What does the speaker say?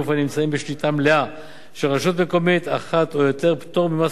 בשליטה מלאה של רשות מקומית אחת או יותר פטור ממס חברות.